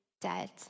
dead